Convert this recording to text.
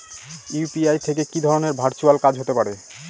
UPI থেকে কি ধরণের ভার্চুয়াল কাজ হতে পারে?